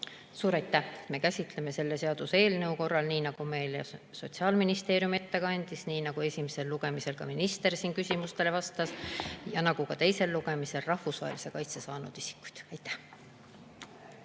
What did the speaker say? Suur aitäh! Me käsitleme selle seaduseelnõu korral, nii nagu meile Sotsiaalministeerium ette kandis, nii nagu esimesel lugemisel ka minister siin küsimustele vastates ütles, samuti teisel lugemisel, rahvusvahelise kaitse saanud isikuid. Aitäh!